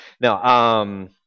Now